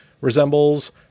resembles